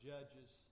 Judges